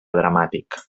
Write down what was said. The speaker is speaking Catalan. dramàtic